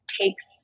takes